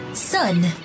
Sun